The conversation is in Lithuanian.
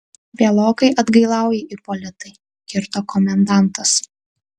vėlokai atgailauji ipolitai kirto komendantas